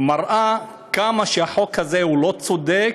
שמראה כמה שהחוק הזה לא צודק,